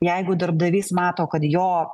jeigu darbdavys mato kad jo